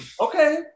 okay